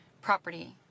property